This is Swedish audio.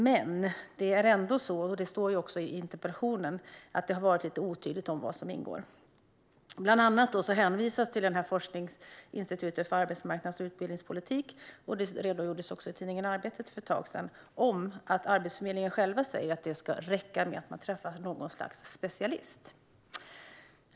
Men det är ändå så, vilket också står i interpellationen, att det har varit lite otydligt vad som ingår. Bland annat hänvisas till Institutet för arbetsmarknads och utbildningspolitisk utvärdering. För ett tag sedan redogjordes i tidningen Arbetet för att Arbetsförmedlingen själv säger att det ska räcka med att man träffar något slags specialist.